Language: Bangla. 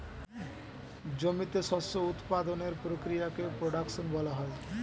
জমিতে শস্য উৎপাদনের প্রক্রিয়াকে প্রোডাকশন বলা হয়